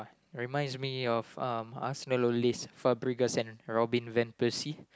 reminds me of um Arsenal oldies Fabregas and Robin-Van-Persie